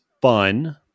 fun